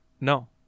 No